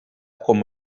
com